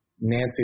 Nancy